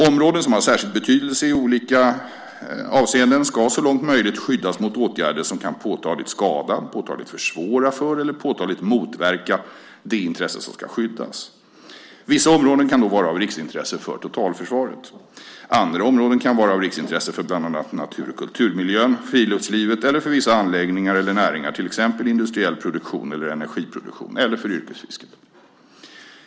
Områden som har särskild betydelse i olika avseenden ska så långt möjligt skyddas mot åtgärder som kan påtagligt skada, påtagligt försvåra för eller påtagligt motverka det intresse som ska skyddas. Vissa områden kan vara av riksintresse för totalförsvaret. Andra områden kan vara av riksintresse för bland annat natur och kulturmiljön, friluftslivet eller för vissa anläggningar eller näringar, till exempel industriell produktion eller energiproduktion eller för yrkesfisket.